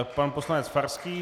Pan poslanec Farský.